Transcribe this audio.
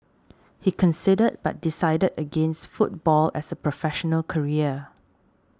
he considered but decided against football as a professional career